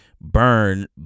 burn